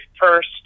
first